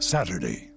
Saturday